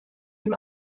dem